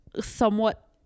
somewhat